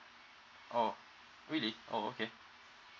oh really oh okay